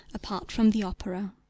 apart from the opera.